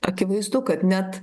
akivaizdu kad net